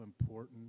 important